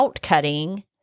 cutting